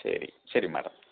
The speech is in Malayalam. ശരി ശരി മാഡം